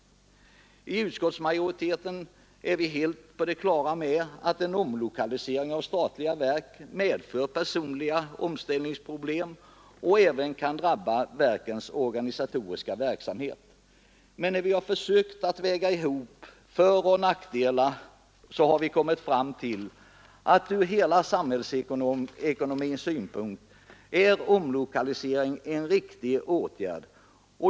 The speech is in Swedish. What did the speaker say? Utskottsmajoriteten är helt på det klara med att en omlokalisering av statliga verk medför personliga omställningsproblem och att den även kan drabba verkens organisatoriska verksamhet. Men när vi har försökt väga ihop föroch nackdelar har vi kommit fram till att från samhällsekonomins synpunkt är en omlokalisering en riktig åtgärd.